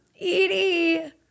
Edie